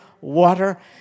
water